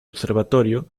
observatorio